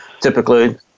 typically